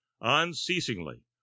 unceasingly